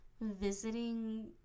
visiting